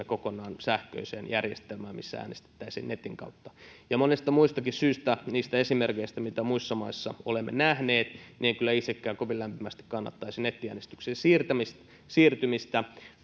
kokonaan sähköiseen järjestelmään missä äänestettäisiin netin kautta ja monista muistakin syistä niiden esimerkkien vuoksi mitä muissa maissa olemme nähneet en kyllä itsekään kovin lämpimästi kannattaisi nettiäänestykseen siirtymistä